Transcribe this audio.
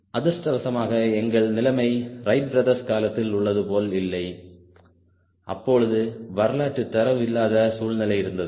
அதிர்ஷ்டவசமாக எங்கள் நிலைமை ரைட் பிரதர்ஸ் காலத்தில் உள்ளது போல் இல்லை அப்பொழுது வரலாற்றுத் தரவு இல்லாத சூழ்நிலை இருந்தது